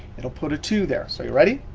it'll put a two there. so, are you ready?